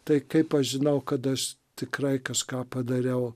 tai kaip aš žinau kad aš tikrai kažką padariau